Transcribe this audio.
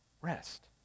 rest